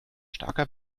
starker